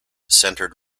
centred